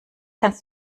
kannst